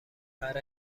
برا